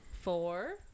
four